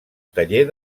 taller